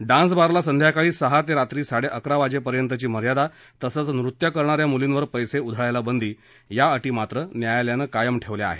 dance बारला संध्याकाळी सहा ते रात्री साडे अकरा वाजेपर्यंतची मर्यादा तसंच नृत्य करणा या मुलींवर पसीउधळायला बंदी या अटी मात्र न्यायालयानं कायम ठेवल्या आहेत